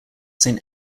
saint